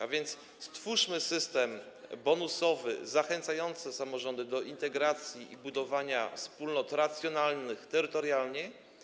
A więc stwórzmy system bonusowy zachęcający samorządy do integracji i budowania wspólnot racjonalnych terytorialnie.